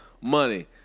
money